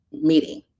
meeting